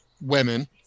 women